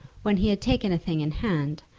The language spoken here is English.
when he had taken a thing in hand,